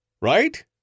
Right